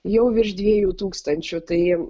jau virš dviejų tūkstančių tai